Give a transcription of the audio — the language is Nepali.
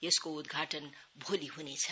यसको उद्घाटन भोलि ह्नेछ